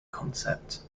concept